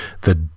the